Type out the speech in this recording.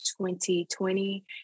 2020